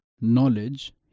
knowledge